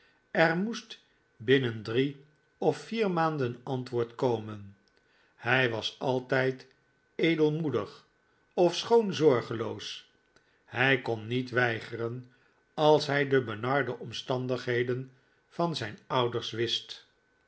er moest binnen drie of vier maanden antwoord komen hij was altijd edelmoedig ofschoon zorgeloos hij kon niet weigeren als hij de benarde omstandigheden van zijn ouders wist